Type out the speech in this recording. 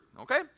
okay